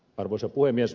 arvoisa puhemies